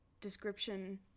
description